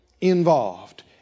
involved